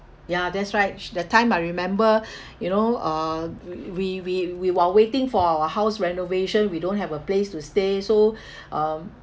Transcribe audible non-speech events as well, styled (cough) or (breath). ya that's right s~ that time I remember (breath) you know uh w~ we we we while waiting for our house renovation we don't have a place to stay so (breath) um